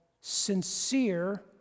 sincere